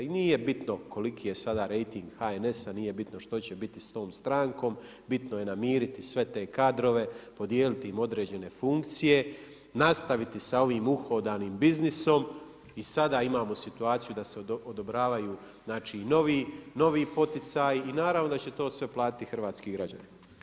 I nije bitno koliki je sada rejting HNS-a, nije bitno što će biti s tom strankom, bitno je namiriti sve te kadrove, podijeliti im određene funkcije, nastaviti sa ovim uhodanim biznisom i sada imamo situaciju da se odobravaju novi poticaji i naravno da će to sve platiti hrvatski građani.